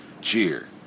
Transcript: cheer